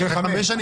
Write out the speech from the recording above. אחרי חמש שנים.